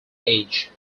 age